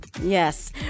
yes